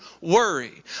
worry